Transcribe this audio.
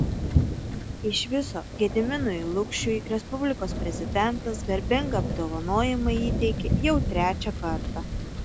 iš viso gediminui lukšiui respublikos prezidentas garbingą apdovanojimą įteikė jau trečią kartą